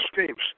escapes